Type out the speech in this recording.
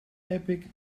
epic